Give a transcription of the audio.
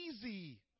easy